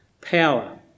power